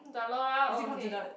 uh Zalora okay